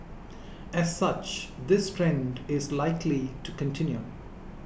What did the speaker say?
as such this trend is likely to continue